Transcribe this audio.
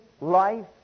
life